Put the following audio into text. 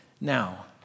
now